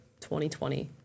2020